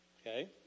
Okay